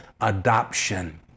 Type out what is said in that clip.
adoption